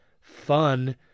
fun